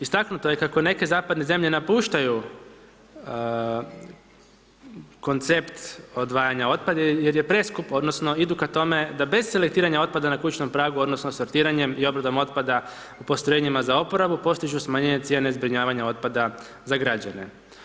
Istaknuto je kako neke zapadne zemlje napuštaju koncept odvajanja otpada jer je preskup odnosno idu ka tome da bez selektiranja otpada na kućnom pragu odnosno sortiranjem i obradom otpada u postrojenjima za oporabu postižu smanjenje cijene zbrinjavanja otpada za građane.